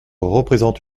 représente